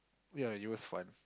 yea it was fun